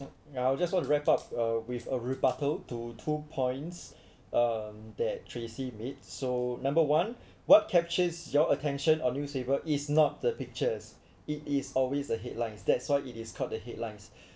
I will just want to wrap up uh with a rebuttal to two points that tracy made so number one what captures your attention on newspaper is not the pictures it is always the headlines that's why it is called the headlines